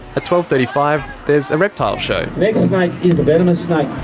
twelve. thirty five, there's a reptile show. next snake is a venomous snake,